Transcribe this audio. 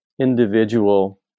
individual